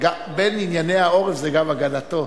בין ענייני העורף זה גם הגנתו